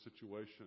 situation